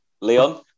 Leon